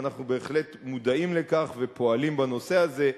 ואנחנו בהחלט מודעים לכך ופועלים בנושא הזה.